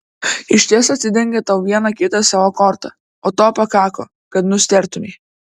išties atidengė tau vieną kitą savo kortą o to pakako kad nustėrtumei